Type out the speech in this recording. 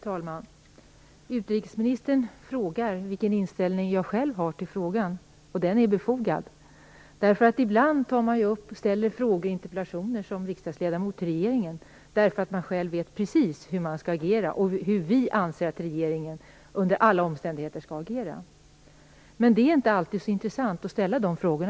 Fru talman! Utrikesministern frågar vilken inställning jag själv har till frågan. Det är befogat att fråga det. Ibland riktar vi riksdagsledamöter frågor och interpellationer till regeringen. Det gäller områden där vi själva vet precis hur vi skall agera. Dessutom handlar det då om hur regeringen under alla omständigheter anses skall agera. Men jag tycker inte att det alltid är så intressant att ställa sådana frågor.